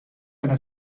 eine